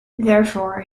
therefore